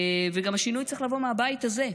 השינוי צריך לבוא גם מהבית הזה,